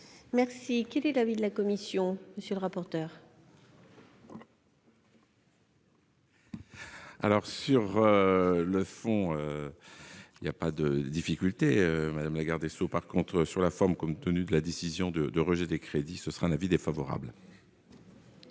Merci, quel est l'avis de la commission, monsieur le rapporteur. Alors sur le fond, il y a pas de difficulté madame la garde des Sceaux, par contre, sur la forme comme tenu de la décision de rejet des crédits, ce sera un avis défavorable.